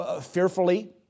fearfully